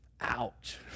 Ouch